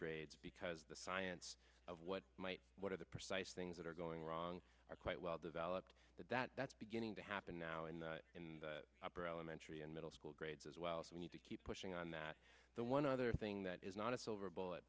grades because the science of what might what are the precise things they're going wrong are quite well developed that's beginning to happen now and in the upper elementary and middle school grades as well so we need to keep pushing on that one other thing that is not a silver bullet